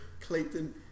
Clayton